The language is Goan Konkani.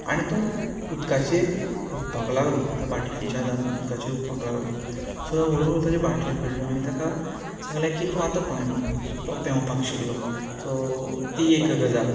आनी तो उदकाचेर हुबपाक लागलो त्या बाटल्यांच्या आदारान उदकाचेर हुबपाक लागलो सो हळुहळू ताज्यो बाटल्यो काडल्यो आनी ताका सांगलें की तूं आतां पांय मार सो तो पेंवपाक शिकलो सो ती एक गजाल